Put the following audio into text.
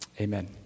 Amen